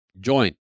join